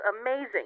amazing